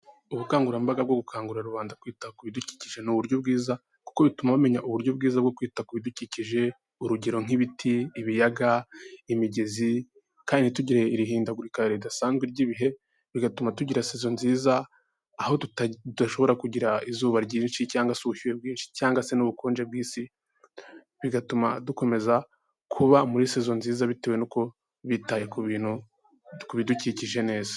Ubukangurambaga bwo gukangurira rubanda kwita ku bidukije ni uburyo bwiza kuko bituma bamenyaya uburyo bwiza bwo kwita ku bidukije, urugero nk'ibiti, ibiyaga, imigezi kandi ntitugire irihindagurika ridasanzwe r'ibihe, bigatuma tugira sezo nziza aho tudashobora kugira izuba ryinshi cyangwa se ubushyuhe bwinshi cyangwa se n'ubukonje bw'isi, bigatuma dukomeza kuba muri sezo nziza bitewe nuko bitaye ku bintu, ku bidukikije neza.